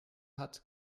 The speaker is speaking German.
hat